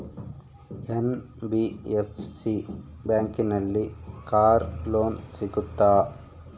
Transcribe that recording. NBFC ಬ್ಯಾಂಕಿನಲ್ಲಿ car loan ಸಿಗುತ್ತಾ?